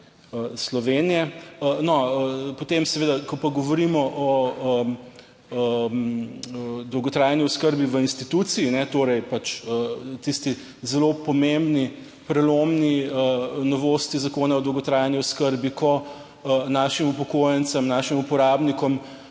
Slovenije. Ko pa govorimo o dolgotrajni oskrbi v instituciji, torej pač tisti zelo pomembni, prelomni novosti zakona o dolgotrajni oskrbi, ko našim upokojencem, našim uporabnikom